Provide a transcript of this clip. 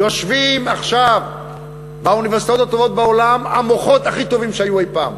יושבים עכשיו באוניברסיטאות הטובות בעולם המוחות הכי טובים שהיו אי-פעם.